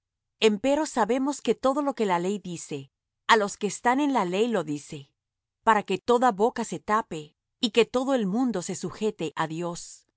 ojos empero sabemos que todo lo que la ley dice á los que están en la ley lo dice para que toda boca se tape y que todo el mundo se sujete á dios